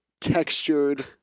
textured